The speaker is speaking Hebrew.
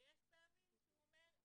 ויש פעמים שהוא אומר,